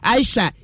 Aisha